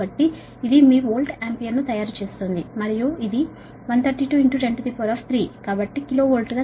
కాబట్టి ఇది మీ వోల్ట్ ఆంపియర్ను తయారు చేస్తోంది మరియు ఇది 132 103 కాబట్టి కిలో వోల్ట్గా తయారవుతుంది